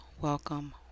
welcome